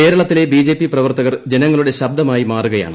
കേരളത്തിലെ ബിജെപി പ്രവർത്തകർ ജനങ്ങളുടെ ശബ്ദമായി മാറുകയാണ്